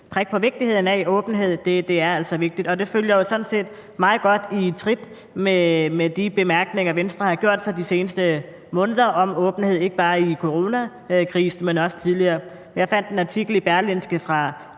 prik ved vigtigheden af åbenhed – det er altså vigtigt. Og det følger jo meget godt trit med de bemærkninger, som Venstre har udtrykt de seneste måneder om åbenhed, ikke bare under coronakrisen, men også tidligere. Jeg fandt en artikel i Berlingske fra